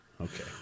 okay